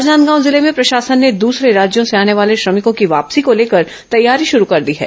राजनांदगांव जिले में प्रशासन ने दूसरे राज्यों से आने वाले श्रमिकों की वापसी को लेकर तैयारी शुरू कर दी है